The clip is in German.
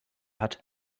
hat